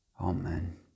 Amen